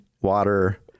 water